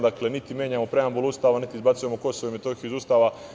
Dakle, niti menjamo preambulu Ustava, niti izbacujemo Kosovo i Metohiju iz Ustava.